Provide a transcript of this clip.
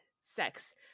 sex